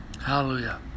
Hallelujah